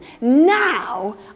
Now